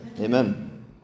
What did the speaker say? Amen